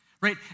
right